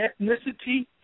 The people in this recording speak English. ethnicity